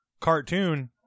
cartoon